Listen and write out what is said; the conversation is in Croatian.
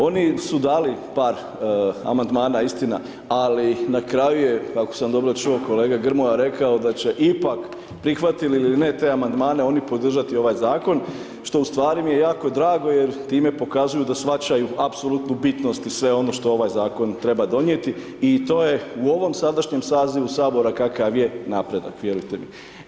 Oni su dali par Amandmana istina, ali na kraju je, ako sam dobro čuo, kolega Grmoja rekao da će ipak prihvatili ili ne te Amandmane, oni podržati ovaj Zakon, što u stvari mi je jako drago jer time pokazuju da shvaćaju apsolutnu bitnost i sve ono što ovaj Zakon treba donijeti i to je u ovom sadašnjem sazivu Sabora kakav je, napredak, vjerujte mi.